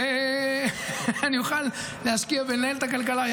ואני אוכל להשקיע בניהול הכלכלה.